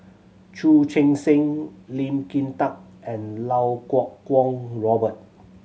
Chu Chee Seng Lee Kin Tat and Iau Kuo Kwong Robert